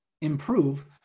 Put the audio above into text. improve